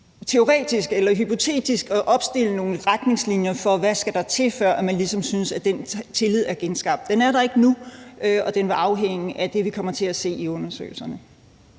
teoretisk eller hypotetisk at opstille nogle retningslinjer for, hvad der skal til, før man synes, at den tillid er genskabt. Den er der ikke nu, og den vil afhænge af det, vi kommer til at se i undersøgelserne.